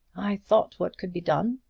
i thought what could be done.